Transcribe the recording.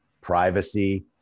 privacy